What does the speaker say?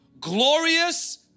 glorious